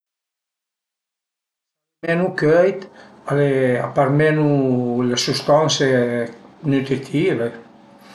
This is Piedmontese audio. Menu cöit al e a perd menu le sustanse nütritive